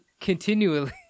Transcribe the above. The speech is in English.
continually